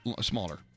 smaller